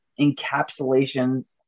encapsulations